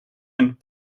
and